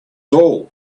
all